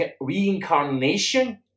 reincarnation